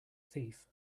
thief